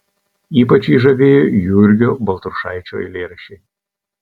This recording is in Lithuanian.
ypač jį žavėjo jurgio baltrušaičio eilėraščiai